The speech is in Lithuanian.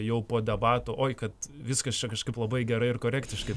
jau po debatų oi kad viskas čia kažkaip labai gerai ir korektiškai